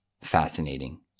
fascinating